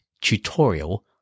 tutorial